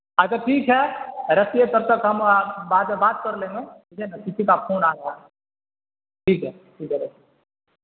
اچھا ٹھیک ہے رکھیے تب تک ہم بعد میں بات کر لیں گے ٹھیک ہے نا کسی کا پھون آ گیا ہے ٹھیک ہے ٹھیک ہے رکھیے